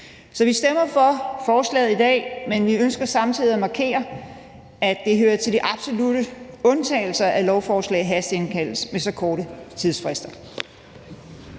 Så vi stemmer for lovforslaget i dag, men vi ønsker samtidig at markere, at det hører til de absolutte undtagelser, at lovforslag hastebehandles med så korte tidsfrister.